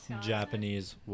Japanese